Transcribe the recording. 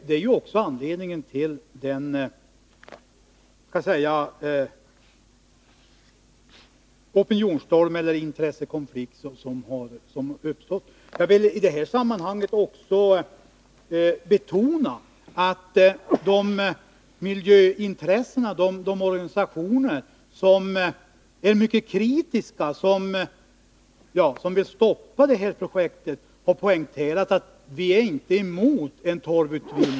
Det är ju också anledningen till låt mig säga den opinionsstorm eller den intressekonflikt som har uppstått. Jag vill i detta sammanhang även betona att miljöintressena, de organisationer som är mycket kritiska och som vill stoppa det aktuella projektet, har poängterat att man inte är emot torvutvinning.